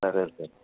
సరే సరే